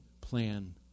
plan